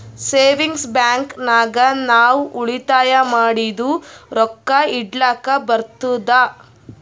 savings bank ನಾಗ್ ನಾವ್ ಉಳಿತಾಯ ಮಾಡಿದು ರೊಕ್ಕಾ ಇಡ್ಲಕ್ ಬರ್ತುದ್